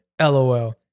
LOL